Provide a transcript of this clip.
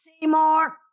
Seymour